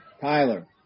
Tyler